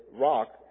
rock